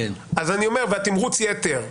והתמרוץ יתר.